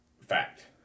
fact